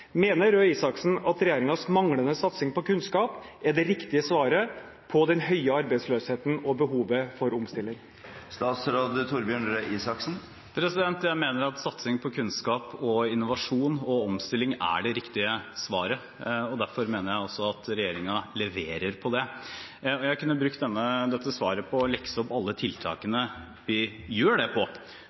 Mener Røe Isaksen at regjeringens manglende satsing på kunnskap er det riktige svaret på den høye arbeidsløsheten og behovet for omstilling? Jeg mener at satsing på kunnskap, innovasjon og omstilling er det riktige svaret. Derfor mener jeg at regjeringen leverer på det. Jeg kunne brukt dette svaret til å lekse opp alle tiltakene vi leverer på, f.eks. er det